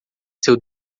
seu